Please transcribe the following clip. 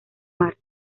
mar